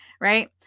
Right